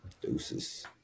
Deuces